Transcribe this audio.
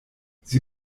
sie